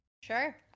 Sure